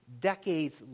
decades